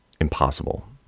impossible